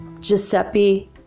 Giuseppe